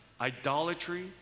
idolatry